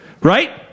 Right